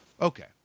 Okay